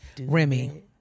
Remy